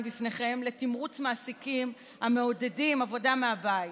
בפניכם לתמרוץ מעסיקים המעודדים עבודה מהבית.